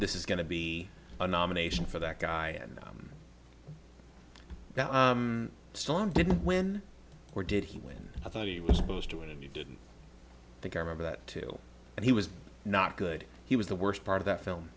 this is going to be a nomination for that guy and i'm still and didn't win where did he win i thought he was supposed to win and you didn't think i remember that too and he was not good he was the worst part of that film